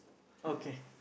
okay